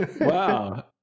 wow